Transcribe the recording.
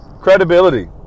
Credibility